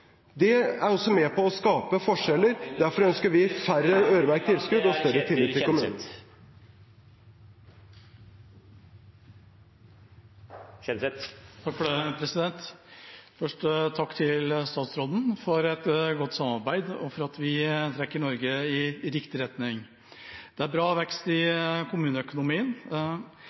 Det er også med på å skape forskjeller. Da er taletiden ute. Neste replikant er Ketil Kjenseth. Først takk til statsråden for et godt samarbeid og for at vi trekker Norge i riktig retning. Det er bra vekst i kommuneøkonomien.